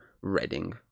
Reading